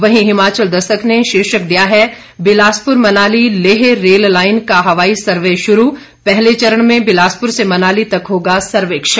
वहीं हिमाचल दस्तक ने शीर्षक दिया है बिलासपुर मनाली लेह रेल लाइन का हवाई सर्वे शुरू पहले चरण में बिलासपुर से मनाली तक होगा सर्वेक्षण